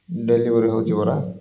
delivery ହେଉଛି ପରା